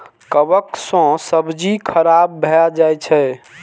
कवक सं सब्जी खराब भए जाइ छै